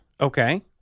Okay